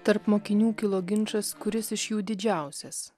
tarp mokinių kilo ginčas kuris iš jų didžiausias